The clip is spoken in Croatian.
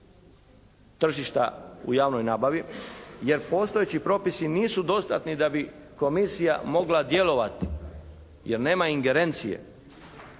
tržišta u javnoj nabavi, jer postojeći propisi nisu dostatni da bi Komisija mogla djelovati, jer nema ingerencije.